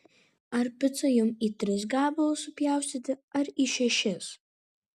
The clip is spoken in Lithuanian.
ar picą jums į tris gabalus supjaustyti ar į šešis